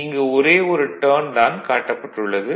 இங்கு ஒரே ஒரு டர்ன் தான் காட்டப்பட்டு உள்ளது